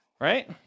Right